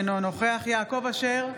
אינו נוכח יעקב אשר,